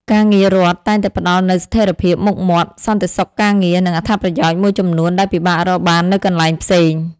ការងាររដ្ឋតែងតែផ្តល់នូវស្ថិរភាព មុខមាត់ សន្តិសុខការងារ និងអត្ថប្រយោជន៍មួយចំនួនដែលពិបាករកបាននៅកន្លែងផ្សេង។